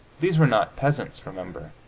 these were not peasants, remember,